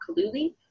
Kaluli